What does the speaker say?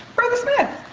brother smith.